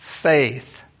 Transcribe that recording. faith